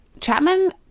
chapman